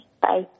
Bye